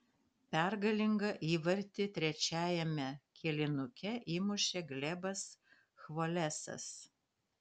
pergalingą įvartį trečiajame kėlinuke įmušė glebas chvolesas